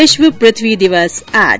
विश्व पृथ्वी दिवस आज